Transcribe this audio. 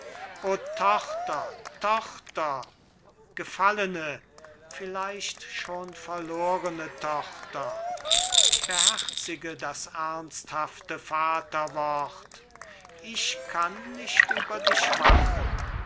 tochter tochter gefallene vielleicht schon verlorene tochter beherzige das ernsthafte vaterwort ich kann nicht über dich wachen